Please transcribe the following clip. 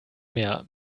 mehr